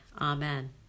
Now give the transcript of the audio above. Amen